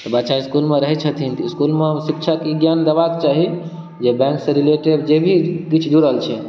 तऽ बच्चा इसकुलमे रहै छथिन इसकुल मे शिक्षक ई ज्ञान देबाक चाही जे बैंकसँ रिलेटेड जे भी किछु जुड़ल छै